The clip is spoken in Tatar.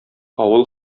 авыл